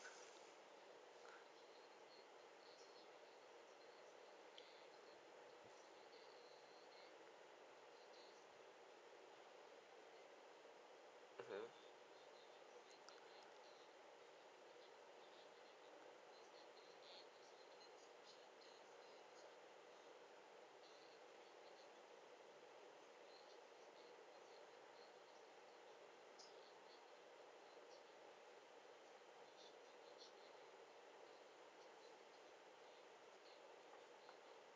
mmhmm